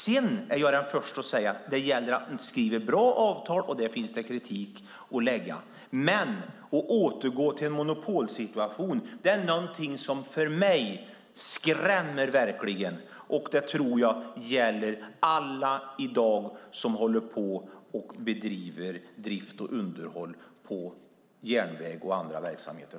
Sedan är jag den förste att säga att det gäller att man skriver bra avtal; där finns det kritik att framföra. Men att återgå till en monopolsituation är någonting som för mig verkligen skrämmer, och det tror jag gäller alla dem som bedriver drift och underhåll på järnvägen och i andra verksamheter.